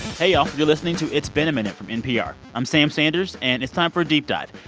hey, y'all. you're listening to it's been a minute from npr. i'm sam sanders, and it's time for a deep dive.